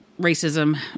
racism